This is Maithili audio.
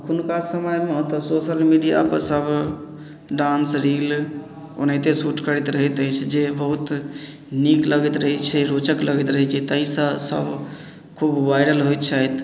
अखुनका समयमे तऽ सोशल मीडिया पर सब डांस रील ओनाहिते सूट करैत रहैत अछि जे बहुत नीक लगैत रहै छै रोचक लगैत रहै छै ताहिसँ सब खूब वायरल होइत छथि